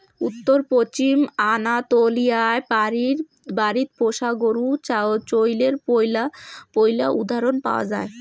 উত্তর পশ্চিম আনাতোলিয়ায় বাড়িত পোষা গরু চইলের পৈলা উদাহরণ পাওয়া যায়